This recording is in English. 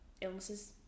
illnesses